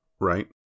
right